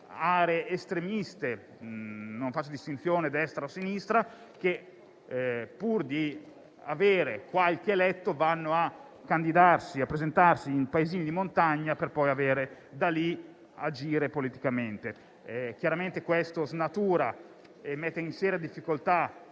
aree estremiste (non faccio distinzione tra destra e sinistra), che, pur di avere qualche eletto, vanno a candidarsi e a presentarsi in paesini di montagna, per poi da lì agire politicamente. Chiaramente questo snatura e mette in seria difficoltà